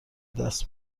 دست